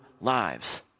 lives